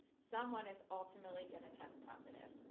someone is ultimately going to test positive,